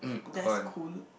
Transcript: that's cool